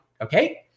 Okay